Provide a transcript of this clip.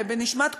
בנשמת כולנו,